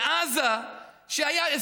בעזה היו,